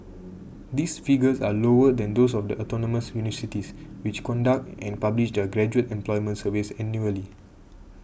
these figures are lower than those of the autonomous universities which conduct and publish their graduate employment surveys annually